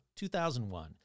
2001